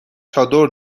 چادر